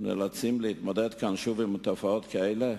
נאלצים להתמודד כאן שוב עם תופעות כאלה?